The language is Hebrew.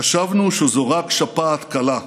חשבנו שזו רק שפעת קלה.